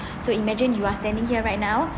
so imagine you are standing here right now